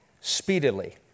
speedily